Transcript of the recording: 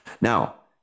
Now